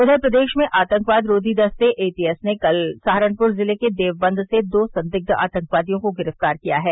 उधर प्रदेश में आतंकवाद रोधी दस्ते एटीएस ने कल सहारनपुर जिले के देवबंद से दो संदिग्ध आतंकवादियों को गिरफ्तार किया है